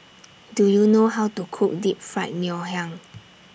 Do YOU know How to Cook Deep Fried Ngoh Hiang